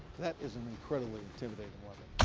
that is an incredibly intimidating weapon.